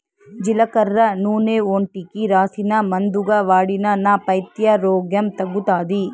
జీలకర్ర నూనె ఒంటికి రాసినా, మందుగా వాడినా నా పైత్య రోగం తగ్గుతాది